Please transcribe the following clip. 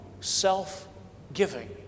self-giving